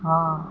ହଁ